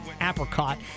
apricot